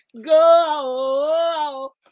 Go